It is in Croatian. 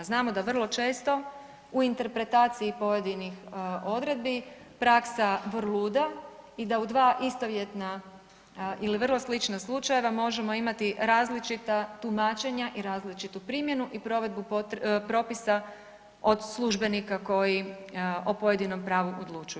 Znamo da vrlo često u interpretaciji pojedinih odredbi praksa vrluda i da u dva istovjetna ili vrlo slična slučajeva možemo imati različita tumačenja i različitu primjenu i provedbu propisa od službenika koji o pojedinom pravu odlučuju.